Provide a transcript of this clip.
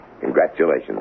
Congratulations